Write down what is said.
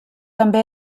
també